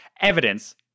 evidence